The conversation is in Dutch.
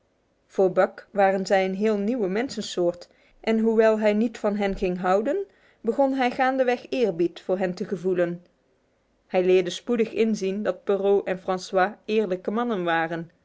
voor buck waren zij een heel nieuw mensensoort en hoewel hij niet van hen ging houden begon hij gaandeweg eerbied voor hen te gevoelen hij leerde spoedig inzien dat perrault en francois eerlijke mannen waren